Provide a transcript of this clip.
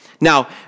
Now